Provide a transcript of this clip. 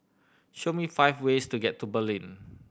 show me five ways to get to Berlin